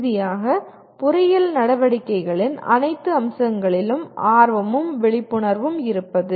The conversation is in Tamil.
இறுதியாக பொறியியல் நடவடிக்கைகளின் அனைத்து அம்சங்களிலும் ஆர்வமும் விழிப்புணர்வும் இருப்பது